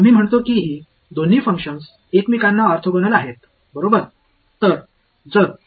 இந்த இரண்டு செயல்பாடுகளும் ஒன்றுக்கொன்று ஆர்த்தோகனல்என்று கூறுகிறோம்